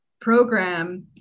program